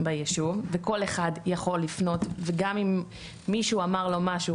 ביישוב וכל אחד יכול לפנות וגם אם מישהו אמר לו משהו,